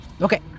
Okay